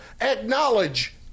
acknowledge